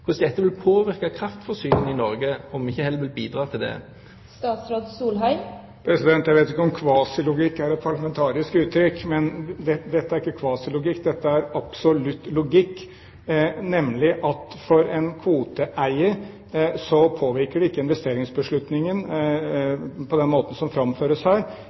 vil bidra til det. Jeg vet ikke om «kvasilogikk» er et parlamentarisk uttrykk. Dette er ikke kvasilogikk! Dette er absolutt logikk, nemlig at for en kvoteeier påvirkes ikke investeringsbeslutningen på den måten Solvik-Olsen her